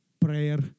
prayer